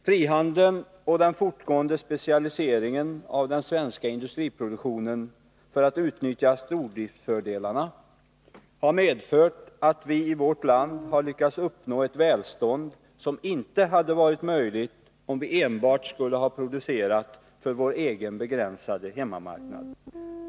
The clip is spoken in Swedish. Frihandeln och den fortgående specialiseringen av den svenska industriproduktionen, för att utnyttja stordriftsfördelarna, har medfört att vi i vårt land har lyckats uppnå ett välstånd som inte hade varit möjligt om vi enbart skulle ha producerat för vår egen begränsade hemmamarknad.